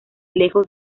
lejos